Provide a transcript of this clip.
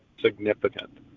significant